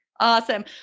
Awesome